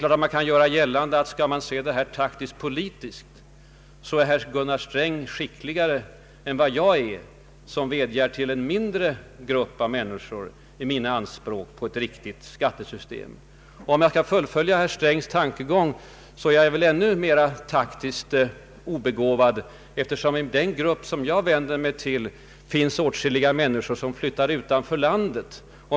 Man kan naturligtvis göra gällande, att om man skall se frågan taktiskt-politiskt, är herr Sträng skickligare än jag, eftersom jag sägs vädja till en mindre grupp av människor i mina anspråk på ett riktigt skattesystem. Om jag ytterligare skulle fullfölja herr Strängs tankegång, måste jag vara klart taktiskt obegåvad eftersom i den grupp Ang. en reform av beskattningen, m.m. jag vänder mig till finns åtskilliga människor som flyttar ut ur landet.